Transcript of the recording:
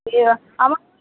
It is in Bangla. এ আমার ওই